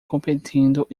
competindo